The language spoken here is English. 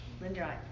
Linda